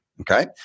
Okay